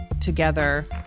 together